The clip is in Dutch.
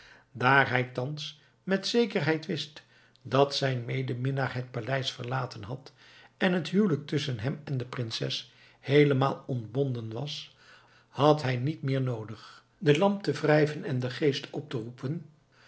daar hij thans met zekerheid wist dat zijn medeminnaar het paleis verlaten had en het huwelijk tusschen hem en de prinses heelemaal ontbonden was had hij niet meer noodig de lamp te wrijven en den geest op te roepen